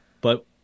But-